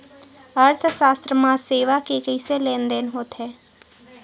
अर्थशास्त्र मा सेवा के कइसे लेनदेन होथे?